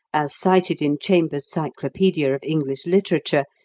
as cited in chambers's cyclopaedia of english literature,